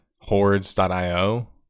Hordes.io